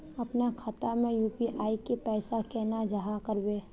अपना खाता में यू.पी.आई के पैसा केना जाहा करबे?